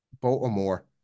Baltimore